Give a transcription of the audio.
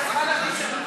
יש החלטה?